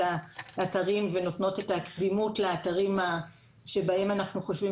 האתרים ונותנות את הקדימות לאתרים שבהם אנחנו חושבים